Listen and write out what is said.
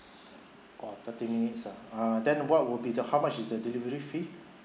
oh thirty minutes ah uh then what will be the how much is the delivery fee